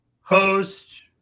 Host